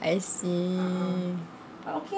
I see